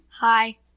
Hi